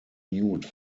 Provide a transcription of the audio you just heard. nude